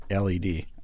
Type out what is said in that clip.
LED